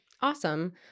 Awesome